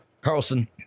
Carlson